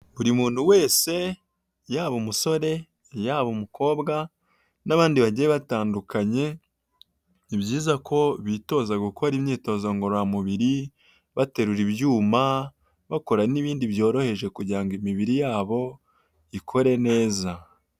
Buri muntu wese yaba umusore yaba umukobwa n'abandi bagiye batandukanye, ni byiza ko bitoza gukora imyitozo ngororamubiri baterura ibyuma, bakora n'ibindi byoroheje kugira ngo imibiri yabo ikore neza.